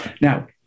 Now